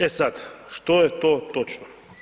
E sad, što je to točno?